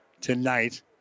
tonight